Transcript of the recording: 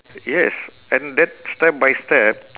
yes and that step by step